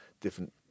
different